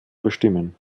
bestimmen